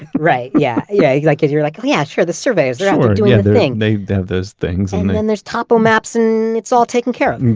and right, yeah, yeah like yeah. you're like, oh yeah, sure. the surveys, they're doing the thing. they have those things um and and there's topo maps and it's all taken care of.